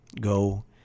Go